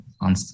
on